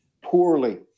poorly